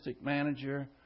manager